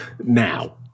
now